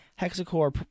hexa-core